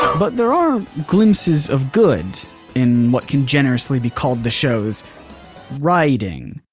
but there are glimpses of good in what can generously be called the show's writing.